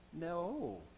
No